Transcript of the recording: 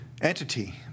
entity